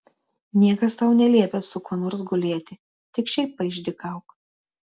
niekas tau neliepia su kuo nors gulėti tik šiaip paišdykauk